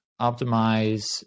optimize